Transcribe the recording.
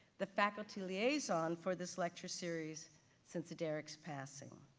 the faculty liaison for this lecture series since derrick's passing,